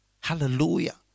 Hallelujah